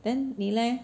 then 你 leh